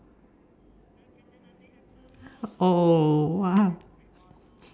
oh